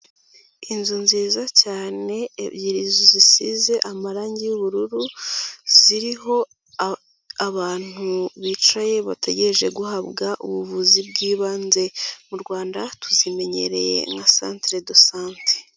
Inzu nziza cyane ebyiri zisize amarangi y'ubururu, ziriho abantu bicaye bategereje guhabwa ubuvuzi bw'ibanze. Mu Rwanda tuzimenyereye nka centre de sante.